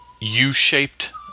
U-shaped